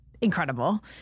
incredible